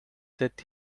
that